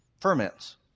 Ferments